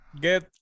get